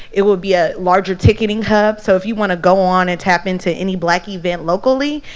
it will be a larger ticketing hub, so if you wanna go on and tap into any black event locally,